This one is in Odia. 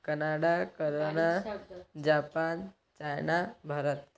Canada Japan China Bharat